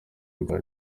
rwa